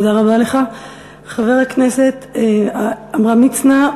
חבר הכנסת עמרם מצנע.